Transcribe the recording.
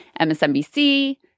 MSNBC